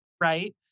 right